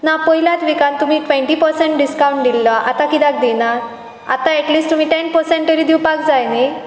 ना पयल्याच विकांत तुमी ट्वेंटी पर्संट टिसकाउंट दिल्लो आतां कित्याक दिनात आतां एटलीस्ट तुमी टेन पर्संट तरी दिवपाक जाय न्ही